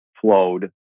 flowed